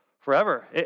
forever